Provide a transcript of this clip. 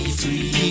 free